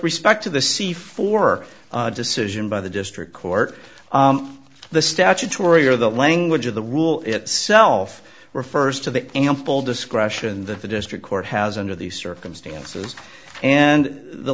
respect to the c four decision by the district court the statutory or the language of the rule itself refers to the ample discretion that the district court has under these circumstances and the